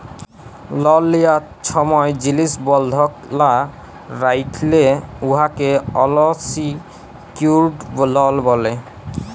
লল লিয়ার ছময় জিলিস বল্ধক লা রাইখলে উয়াকে আলসিকিউর্ড লল ব্যলে